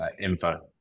info